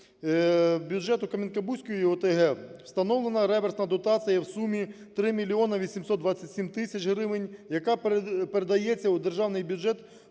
бюджету Кам'янки-Бузької ОТГ встановлена реверсна дотація в сумі 3 мільйони 827 тисяч гривень, яка передається у державний бюджет